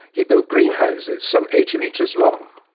he built greenhouses some eighty metres long.